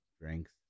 drinks